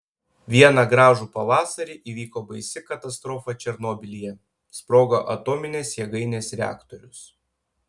vieną gražų pavasarį įvyko baisi katastrofa černobylyje sprogo atominės jėgainės reaktorius